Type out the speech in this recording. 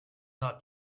hat